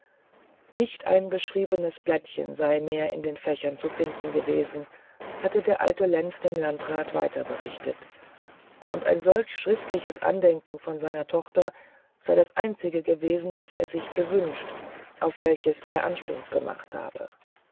nicht ein beschriebenes blättchen sei mehr in den fächern zu finden gewesen hatte der alte lenz dem landrat weiter berichtet und ein solch schriftliches andenken von seiner tochter sei das einzige gewesen das er sich gewünscht auf welches er anspruch gemacht habe